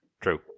True